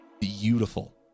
beautiful